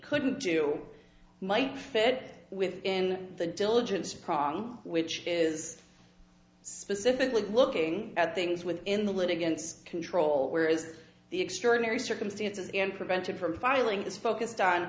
couldn't do it might fit within the diligence process which is specifically looking at things within the litigants control where is the extraordinary circumstances and prevented from filing this focused on